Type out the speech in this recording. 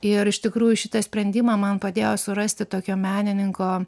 ir iš tikrųjų šitą sprendimą man padėjo surasti tokio menininko